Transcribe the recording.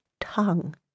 tongue